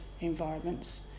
environments